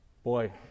Boy